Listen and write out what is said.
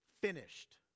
finished